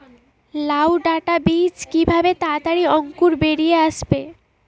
লাউ ডাটা বীজ কিভাবে তাড়াতাড়ি অঙ্কুর বেরিয়ে আসবে?